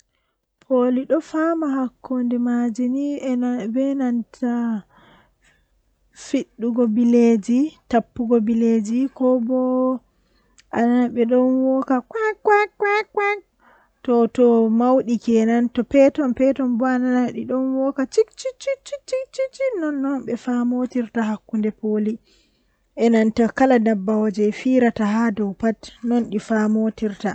Komi defata kam mi tefan kusel malla Liɗɗi malla huunde feere belɗum, Nden kala goɗɗo fuu wawan nyamugo nden to onyami wawan vela mo